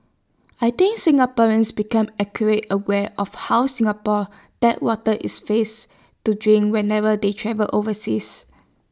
I think Singaporeans become acute aware of how Singapore's tap water is face to drink whenever they travel overseas